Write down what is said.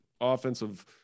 offensive